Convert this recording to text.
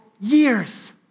years